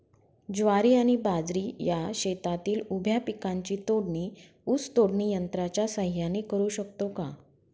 ज्वारी आणि बाजरी या शेतातील उभ्या पिकांची तोडणी ऊस तोडणी यंत्राच्या सहाय्याने करु शकतो का?